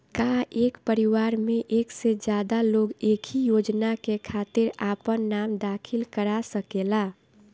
का एक परिवार में एक से ज्यादा लोग एक ही योजना के खातिर आपन नाम दाखिल करा सकेला?